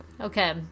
okay